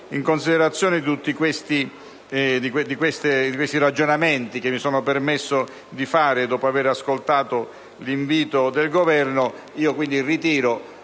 Grazie,